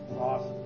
Awesome